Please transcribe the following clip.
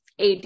AD